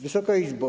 Wysoka Izbo!